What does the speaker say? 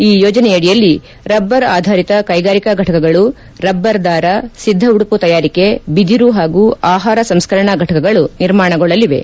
ಈ ಯೋಜನೆಯಡಿಯಲ್ಲಿ ರಬ್ಬರ್ ಆಧರಿತ ಕೈಗಾರಿಕಾ ಫಟಕಗಳು ರಬ್ಬರ್ ದಾರ ಸಿದ್ದ ಉಡುಪು ತಯಾರಿಕೆ ಬಿದಿರು ಹಾಗೂ ಆಹಾರ ಸಂಸ್ಕರಣಾ ಫಟಕಗಳು ನಿರ್ಮಾಣಗೊಳ್ಳಲಿವೆ